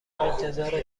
انتظار